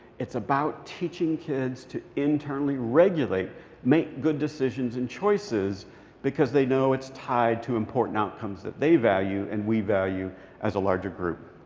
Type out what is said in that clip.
it's about teaching kids to internally regulate make good decisions and choices because they know it's tied to important outcomes that they value and we value as a larger group.